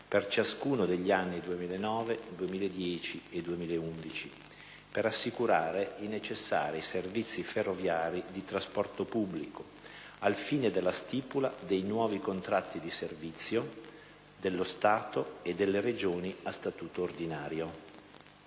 per ciascuno degli anni 2009, 2010 e 2011 «per assicurare i necessari servizi ferroviari di trasporto pubblico, al fine della stipula dei nuovi contratti di servizio dello Stato e delle Regioni a Statuto ordinario».